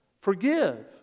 forgive